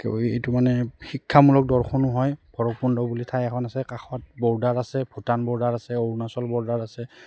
এইটো মানে শিক্ষামূলক দৰ্শনো হয় ভৈৰৱকুণ্ড বুলি ঠাই এখন আছে কাষত বৰ্ডাৰ আছে ভূটান বৰ্ডাৰ আছে অৰুণাচল বৰ্ডাৰ আছে